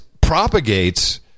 propagates